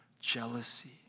jealousy